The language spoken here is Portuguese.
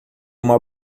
uma